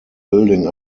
building